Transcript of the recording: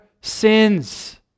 sins